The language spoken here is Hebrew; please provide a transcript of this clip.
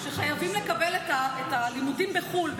חייבים לקבל את הלימודים בחו"ל,